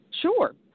sure